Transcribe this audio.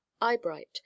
Eyebright